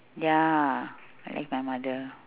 ya I like my mother